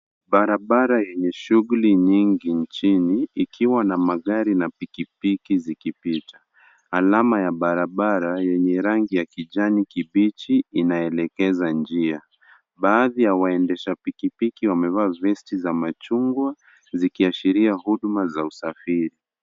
Barabara yenye shughuli nyingi nchini, ikiwa na magari na pikipiki zikipita. Alama ya barabara yenye rangi ya kijani kibichi inaelekeza njia. Baadhi ya waendesha pikipiki wamevaa vesti za machungwa ,zikiashiria huduma za usafiri.